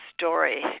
story